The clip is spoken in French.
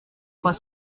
trois